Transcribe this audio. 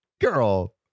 girl